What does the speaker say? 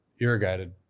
irrigated